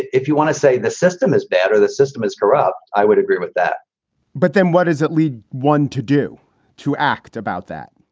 if you want to say the system is bad or the system is corrupt, i would agree with that but then what does it lead one to do to act about that?